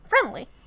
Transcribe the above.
friendly